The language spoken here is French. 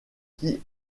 qui